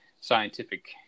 scientific